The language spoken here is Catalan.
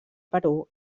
perú